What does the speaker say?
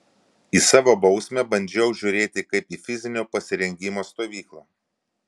į savo bausmę bandžiau žiūrėti kaip į fizinio pasirengimo stovyklą